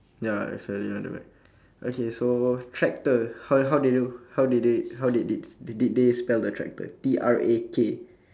ya it's slightly on the back okay so tractor how how they do how did they how did did t~ did they spell the tractor T R A K